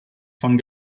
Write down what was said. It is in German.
von